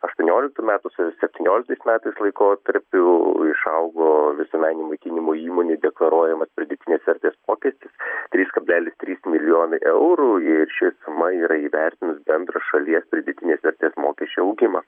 aštuonioliktų metų su septynioliktais metais laikotarpiu išaugo visuomeninio maitinimo įmonių deklaruojama pridėtinės vertės mokestis trys kablelis trys milijonai eurų ir ši suma yra įvertinus bendrą šalies pridėtinės vertės mokesčio augimą